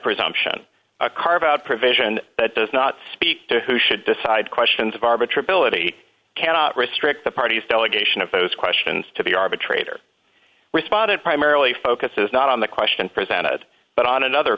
presumption a carve out provision does not speak to who should decide questions of arbitrary billeted he cannot restrict the parties delegation of those questions to the arbitrator responded primarily focuses not on the question presented but on another